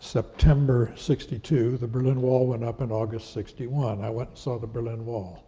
september sixty two. the berlin wall went up in august sixty one. i went and saw the berlin wall.